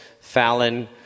Fallon